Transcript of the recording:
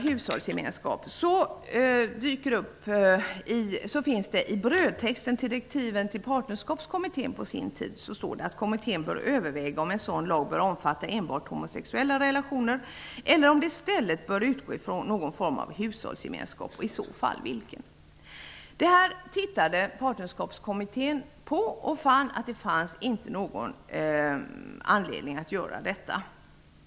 Partnerskapskommittén står det att kommittén borde överväga om en sådan lag bör omfatta enbart homosexuella relationer eller om den i stället bör utgå från någon form av hushållsgemenskap och i så fall vilken. Partnerskapskommittén undersökte detta, och man fann att det inte fanns anledning att utgå från hushållsgemenskap.